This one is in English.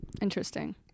interesting